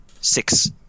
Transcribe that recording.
six